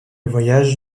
voyage